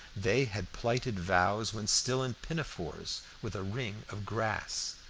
they had plighted vows when still in pinafores with a ring of grass,